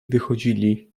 wychodzili